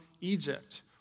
Egypt—